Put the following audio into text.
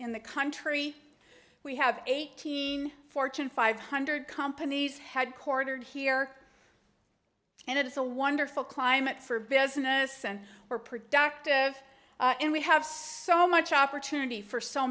in the country we have eighteen fortune five hundred companies headquartered here and it's a wonderful climate for business and we're productive and we have so much opportunity for so